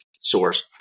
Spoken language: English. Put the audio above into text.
source